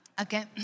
Okay